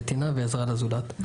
נתינה ועזרה לזולת.